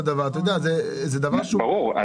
ברור.